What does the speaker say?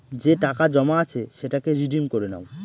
যে টাকা জমা আছে সেটাকে রিডিম করে নাও